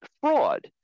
fraud